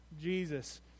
Jesus